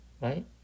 right